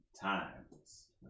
times